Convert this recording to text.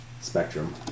spectrum